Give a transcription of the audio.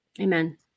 amen